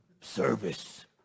Service